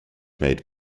made